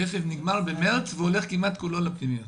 הכסף נגמר במרץ, והולך כמעט כולו לפנימיות....